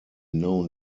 known